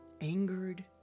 angered